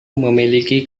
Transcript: memiliki